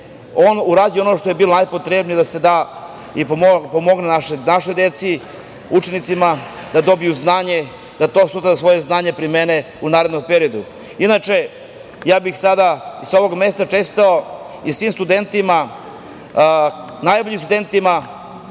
je urađeno ono što je bilo najpotrebnije da se pomogne našoj deci, učenicima da dobiju znanje, da to sutra svoje znanje primene u narednom periodu. Inače, ja bih sada i sa ovog mesta čestitao i svim studentima, najboljim studentima